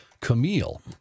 Camille